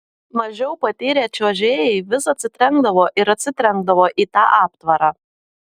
mažiau patyrę čiuožėjai vis atsitrenkdavo ir atsitrenkdavo į tą aptvarą